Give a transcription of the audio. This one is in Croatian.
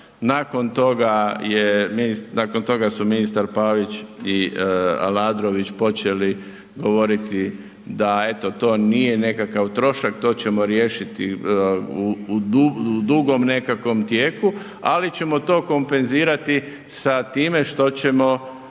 nakon toga su ministar Pavić i Aladrović počeli govoriti da eto to nije nekakav trošak, to ćemo riješiti u dugom nekom tijeku, ali ćemo to kompenzirati sa time što ćemo